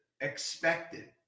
expected